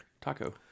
Taco